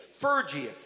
Phrygia